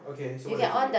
okay so what does it do